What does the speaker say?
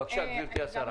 בבקשה, גברתי השרה.